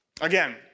Again